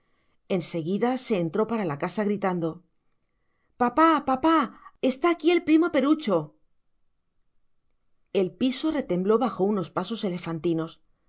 se entró por la casa gritando papá papá está aquí el primo perucho el piso retembló bajo unos pasos elefantinos